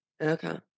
Okay